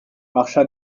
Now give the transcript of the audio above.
marcha